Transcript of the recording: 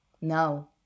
now